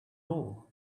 all